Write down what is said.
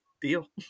deal